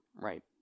Right